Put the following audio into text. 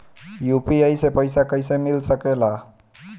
UPI से पइसा कईसे मिल सके ला?